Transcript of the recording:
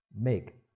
Make